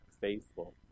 faithful